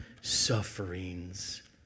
sufferings